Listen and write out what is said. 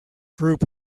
group